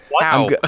Wow